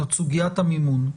זאת סוגיית המימון.